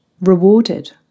rewarded